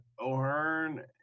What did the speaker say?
O'Hearn